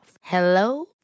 Hello